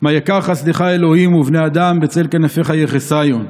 "מה יקר חסדך ה' ובני אדם בצל כנפיך יחסיון."